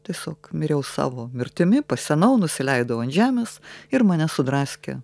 tiesiog miriau savo mirtimi pasenau nusileidau ant žemės ir mane sudraskė